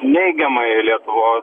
neigiamai lietuvos